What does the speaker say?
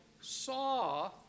saw